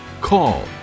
call